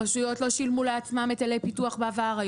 רשויות לא שילמו לעצמן היטלי פיתוח בעבר,